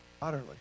Utterly